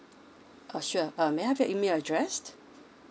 uh sure uh may I have your email address